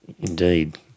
Indeed